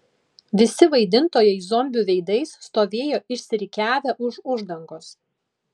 visi vaidintojai zombių veidais stovėjo išsirikiavę už uždangos